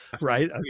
right